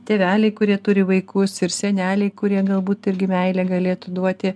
tėveliai kurie turi vaikus ir seneliai kurie galbūt irgi meilę galėtų duoti